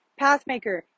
Pathmaker